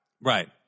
Right